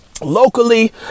Locally